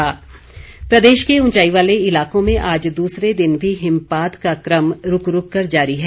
मौसम प्रदेश के ऊंचाई वाले इलाकों में आज दूसरे दिन भी हिमपात का क्रम रूक रूक कर जारी है